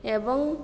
ଏବଂ